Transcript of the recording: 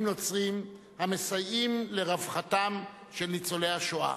נוצריים המסייעים לרווחתם של ניצולי השואה.